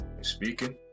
Speaking